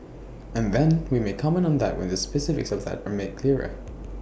and then we may comment on that when the specifics of that are made clearer